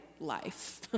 Life